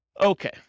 Okay